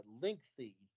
lengthy